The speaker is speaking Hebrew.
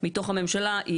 הפסקה